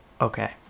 Okay